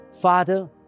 Father